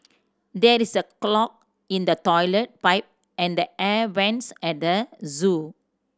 there is clog in the toilet pipe and the air vents at the zoo